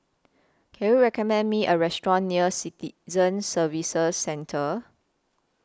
Can YOU recommend Me A Restaurant near Citizen Services Centre